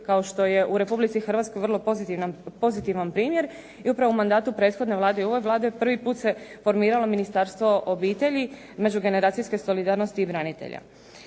Kao što u Republici Hrvatskoj vrlo pozitivan primjer i upravo u mandatu prethodne Vlade i u ovoj Vladi prvi put se formiralo Ministarstvo obitelji, međugeneracijske solidarnosti i branitelja.